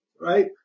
right